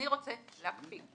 אני רוצה להקפיא,